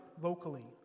locally